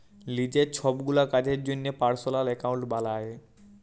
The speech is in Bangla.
লিজের ছবগুলা কাজের জ্যনহে পার্সলাল একাউল্ট বালায়